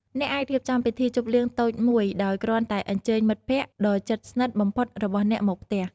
អ្នកអាចរៀបចំពិធីជប់លៀងតូចមួយដោយគ្រាន់តែអញ្ជើញមិត្តភក្តិដ៏ជិតស្និទ្ធបំផុតរបស់អ្នកមកផ្ទះ។